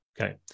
Okay